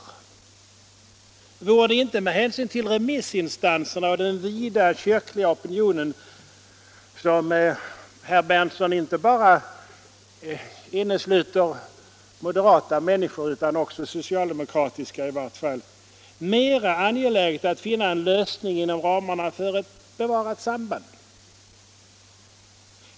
Vore det inte med hänsyn till remissinstanserna och den vida kyrkliga opinionen — som, herr Berndtson, inte bara innesluter borgerliga utan också socialdemokrater — mer angeläget att finna en lösning inom ramarna för ett bevarat samband?